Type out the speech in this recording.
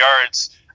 yards